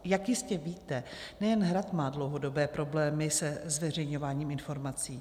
Jak jistě víte, nejen Hrad má dlouhodobé problémy se zveřejňováním informací.